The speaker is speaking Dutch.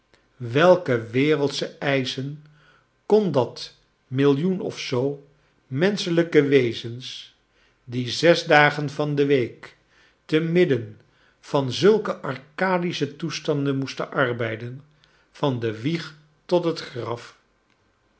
welke wereidsche eischen kon dat millioen of zoo menschelijke wezens die zes dagen van de week te midden van zulke arcadische toestanden moesten arbelden van de wieg tot het graf